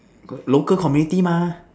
local community mah